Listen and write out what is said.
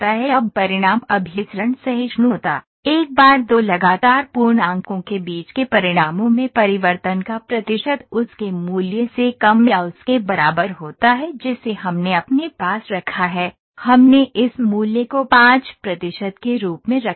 अब परिणाम अभिसरण सहिष्णुता एक बार दो लगातार पूर्णांकों के बीच के परिणामों में परिवर्तन का प्रतिशत उसके मूल्य से कम या उसके बराबर होता है जिसे हमने अपने पास रखा है हमने इस मूल्य को 5 प्रतिशत के रूप में रखा है